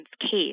case